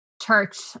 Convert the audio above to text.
church